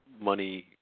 money